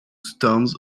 stands